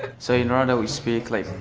so in rwanda we speak like,